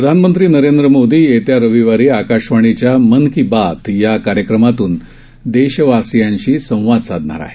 प्रधानमंत्री नरेंद्र मोदी येत्या रविवारी आकाशवाणीवरच्या मन की बात या कार्यक्रमातून देशवासीयांशी संवाद साधणार आहेत